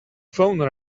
phone